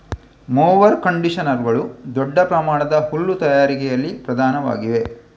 mower ಕಂಡಿಷನರುಗಳು ದೊಡ್ಡ ಪ್ರಮಾಣದ ಹುಲ್ಲು ತಯಾರಿಕೆಯಲ್ಲಿ ಪ್ರಧಾನವಾಗಿವೆ